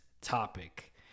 topic